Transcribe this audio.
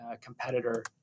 competitor